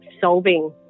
solving